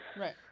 right